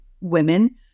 women